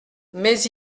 mais